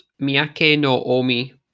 Miyake-no-Omi